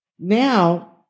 Now